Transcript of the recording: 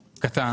קטן,